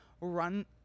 run